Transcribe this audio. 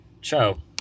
Cho